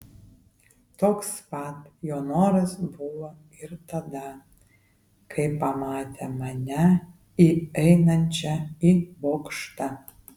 toks pat jo noras buvo ir tada kai pamatė mane įeinančią į bokštą